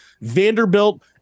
Vanderbilt